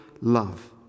love